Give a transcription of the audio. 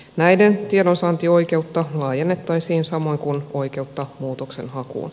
näiden tiedonsaantioikeutta laajennettaisiin samoin kuin oikeutta muutoksenhakuun